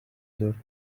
dört